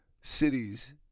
cities